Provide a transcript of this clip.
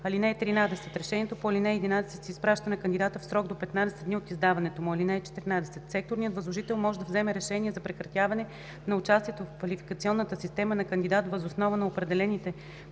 решение. (13) Решението по ал. 11 се изпраща на кандидата в срок до 15 дни от издаването му. (14) Секторният възложител може да вземе решение за прекратяване на участието в квалификационната система на кандидат въз основа на определените